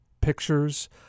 pictures